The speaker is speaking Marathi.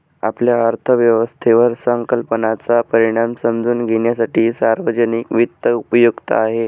आपल्या अर्थव्यवस्थेवर अर्थसंकल्पाचा परिणाम समजून घेण्यासाठी सार्वजनिक वित्त उपयुक्त आहे